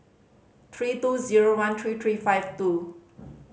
three two zero one three three five two